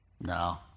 no